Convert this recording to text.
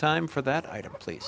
time for that item please